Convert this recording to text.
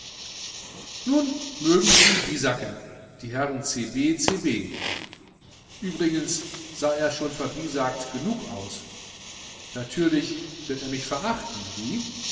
nun mögen sie ihn bisaken die herren c b c b übrigens sah er schon verbisakt genug aus natürlich wird er mich verachten wie